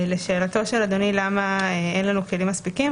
לשאלתו של אדוני למה אין לנו כלים מספיקים,